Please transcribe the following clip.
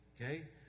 okay